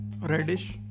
radish